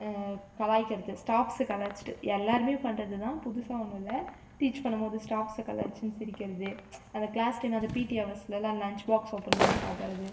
கலாய்க்கிறது ஸ்டாஃப்ஸை கலாய்ச்சிட்டு எல்லோருமே பண்ணுறது தான் புதுசாக ஒன்றும் இல்லை டீச் பண்ணம்போது ஸ்டாஃப்ஸை கலாய்ச்சின்னு சிரிக்கிறது அந்த கிளாஸ் டைமில் அந்த பி டி அவர்ஸ்லலாம் லஞ்ச் பாக்ஸ் ஓப்பன் பண்ணி சாப்புடுறது